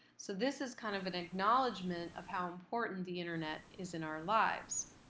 so this is kind of an acknowledgement of how important the internet is in our lives.